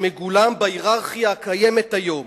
שמגולם בהייררכיה הקיימת היום,